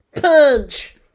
Punch